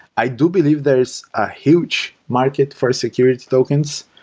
i do believe there's a huge market for security tokens.